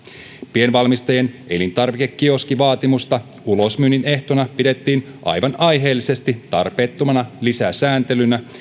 pienvalmistajien elintarvikekioskivaatimusta ulosmyynnin ehtona pidettiin aivan aiheellisesti tarpeettomana lisäsääntelynä